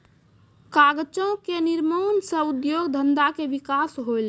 कागजो क निर्माण सँ उद्योग धंधा के विकास होलय